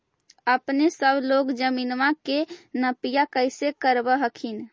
अपने सब लोग जमीनमा के नपीया कैसे करब हखिन?